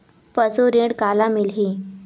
पशु ऋण काला मिलही?